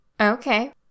Okay